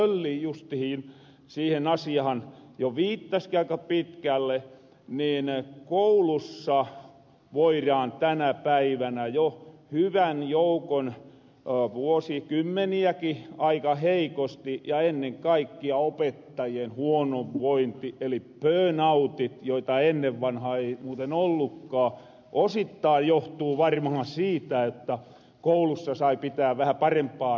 tölli justihin siihen asiahan jo viittaski aika pitkälle että koulussa voiraan tänä päivänä jo hyvän joukon vuosia vuosikymmeniäki aika heikosti ja ennen kaikkia opettajien huono vointi eli pöönautit joita ennen vanhaa ei muuten ollukkaa osittai johtuu varmahan siitä jotta koulussa sai pitää vähä parempaa jöötä